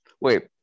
wait